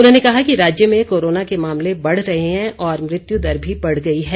उन्होंने कहा कि राज्य में कोरोना के मामले बढ़ रहे हैं और मृत्यु दर भी बढ़ गई है